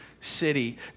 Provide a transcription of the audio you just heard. city